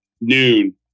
noon